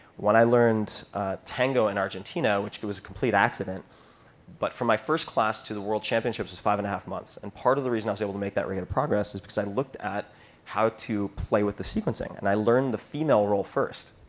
when i learned tango in argentina which but was a complete accident but from my first class to the world championships was five and a half months. and part of the reason i was able to make that rate of progress is because i looked at how to play with the sequencing. and i learned the female role first.